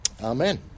Amen